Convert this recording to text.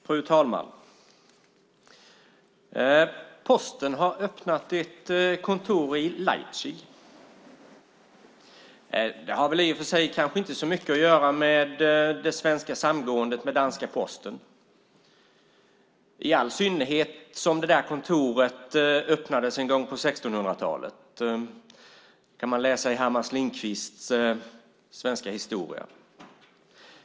Fru talman! Posten har öppnat ett kontor i Leipzig. Det har i och för sig kanske inte så mycket att göra med det svenska samgåendet med den danska Posten, i all synnerhet som det kontoret öppnades någon gång på 1600-talet. Det kan man läsa i Herman Lindqvists svenska historia.